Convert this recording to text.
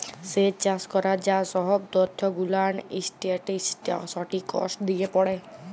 স্যেচ চাষ ক্যরার যা সহব ত্যথ গুলান ইসট্যাটিসটিকস দিয়ে পড়ে